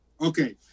Okay